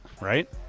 Right